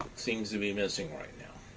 seems to be missing right now.